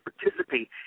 participate